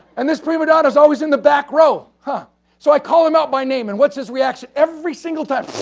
and this prima donnas always in the back row. but so, i call him out by name and what's his reaction? every single time,